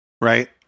Right